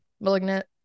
*Malignant*